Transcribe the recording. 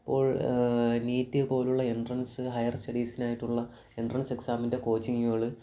ഇപ്പോൾ നീറ്റ് പോലുള്ള entrance higher സ്റ്റഡീസിനായിട്ടുള്ള എൻട്രൻസ് എക്സാമിൻ്റെ കോച്ചിങ്ങുകള്